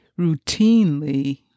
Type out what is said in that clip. routinely